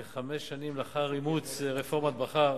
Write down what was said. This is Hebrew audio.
כחמש שנים לאחר אימוץ רפורמת בכר,